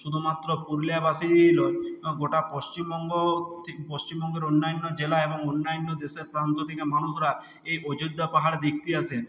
শুধুমাত্র পুরুলিয়াবাসীই নয় গোটা পশ্চিমবঙ্গ থে পশ্চিমবঙ্গের অন্যান্য জেলা এবং অন্যান্য দেশের প্রান্ত থেকে মানুষরা এই অযোধ্যা পাহাড় দেখতে আসেন